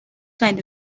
kind